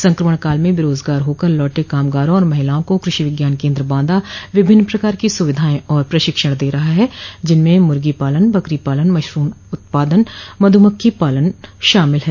संक्रमण काल में बेरोजगार होकर लौटे कामगारों और महिलाओं को कृषि विज्ञान केन्द्र बांदा विभिन्न प्रकार की सुविधाएं और प्रशिक्षण दे रहा है जिनमें मुर्गी पालन बकरी पालन मशरूम उत्पादन मधुमक्खी पालन शामिल है